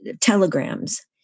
telegrams